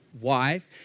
wife